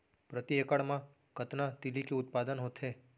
प्रति एकड़ मा कतना तिलि के उत्पादन होथे?